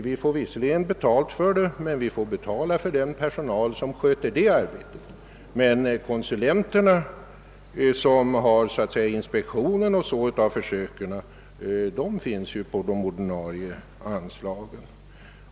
De får visserligen betalt för det, men de måste själva betala den personal som sköter arbetet. Konsulenterna som har hand om inspektionen avlönas emellertid från de ordinarie anslagen.